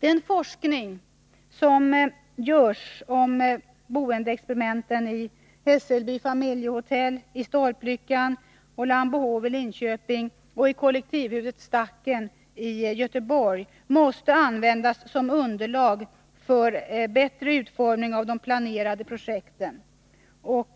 Den forskning som f.n. sker om boendeexperimenten i Hässelby familjehotell, i Stolplyckan och Lambohov i Linköping samt i kollektivhuset Stacken i Göteborg måste användas som underlag för bättre utformning av de planerade projekten,